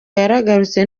yaragarutse